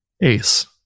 ace